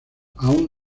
aún